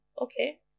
okay